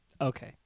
Okay